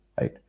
right